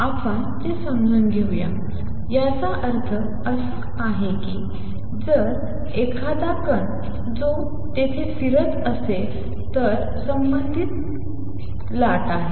आपण ते समजून घेऊया याचा अर्थ असा आहे की जर एखादा कण जो तेथे फिरत असेल तर संबंधित लाट आहे